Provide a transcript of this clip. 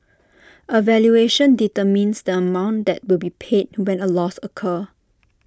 A valuation determines the amount that will be paid when A loss occurs